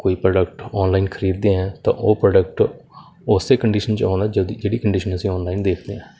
ਕੋਈ product online ਖਰੀਦਦੇ ਹਾਂ ਤਾਂ ਉਹ ਪ੍ਰੋਡਕਟ ਉਸ ਕੰਡੀਸ਼ਨ 'ਚ ਆਉਣਾ ਜਦੀ ਜਿਹੜੀ ਕੰਡੀਸ਼ਨ ਅਸੀਂ ਆਨਲਾਈਨ ਦੇਖਦੇ ਹਾਂ